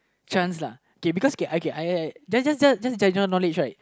chance lah okay because okay I I just just judging knowledge right